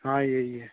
हाँ यही है